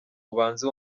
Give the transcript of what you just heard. ubanze